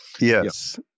Yes